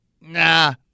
nah